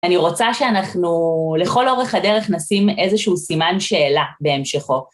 אני רוצה שאנחנו לכל אורך הדרך נשים איזשהו סימן שאלה בהמשכו.